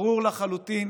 ברור לחלוטין